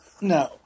No